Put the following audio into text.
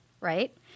right